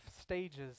stages